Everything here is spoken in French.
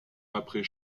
après